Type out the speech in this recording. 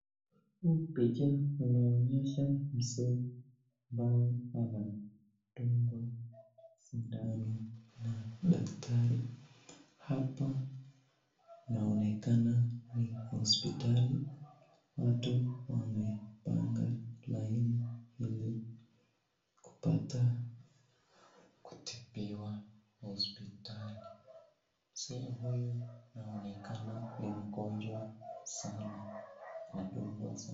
Huu picha unaonyesha mzee ambaye anadungwa sindano na daktari. Hapa inaonekana ni hospitali. Watu wamepanga laini ili kupata kutibiwa hospitali. Mzee huyu anaonekana ni mgonjwa sana. Anadungwa